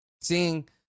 Seeing